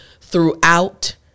throughout